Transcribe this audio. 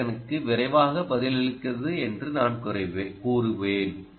செயல்திறனுக்கு விரைவாக பதிலளிக்கிறது என்று நான் கூறுவேன்